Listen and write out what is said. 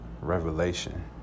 revelation